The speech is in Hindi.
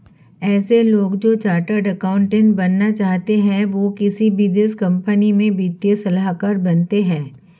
ऐसे लोग जो चार्टर्ड अकाउन्टन्ट बनना चाहते है वो किसी विशेष कंपनी में वित्तीय सलाहकार बनते हैं